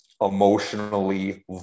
emotionally